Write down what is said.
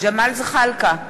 ג'מאל זחאלקה,